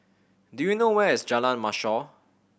do you know where is Jalan Mashor